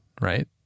right